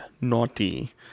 naughty